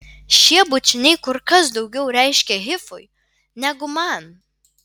šie bučiniai kur kas daugiau reiškė hifui negu man